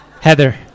Heather